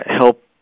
help